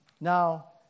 Now